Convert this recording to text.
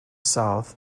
south